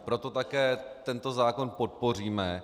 Proto také tento zákon podpoříme.